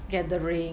gathering